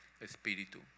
espíritu